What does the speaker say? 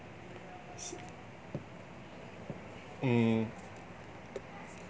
s~ mm